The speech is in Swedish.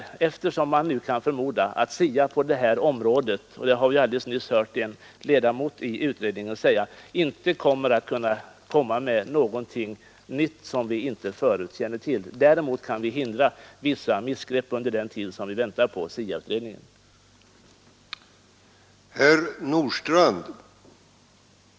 Såsom vi alldeles nyss hört en ledamot i utredningen säga, kommer inte SIA att kunna prestera någonting i detta avseende som vi inte förut kände till. Däremot kan vi hindra vissa missgrepp och felsatsningar under den tid då vi väntar på SIA-utredningens resultat.